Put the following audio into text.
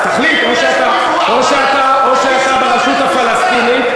אם הוא עבר על החוק,